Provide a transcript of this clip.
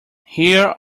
here